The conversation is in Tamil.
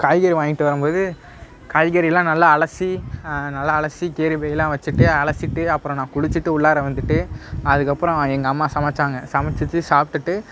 காய்கறி வாங்கிட்டு வரும் போது காய்கறிலாம் நல்லா அலசி நல்லா அலசி கேரிபைலான் வச்சுட்டு அலசிட்டு அப்புறோம் நான் குளிச்சிட்டு உள்ளார வந்துட்டு அதுக்கப்புறோம் எங்கள் அம்மா சமைச்சாங்க சமைச்சிட்டு சாப்பிடுட்டு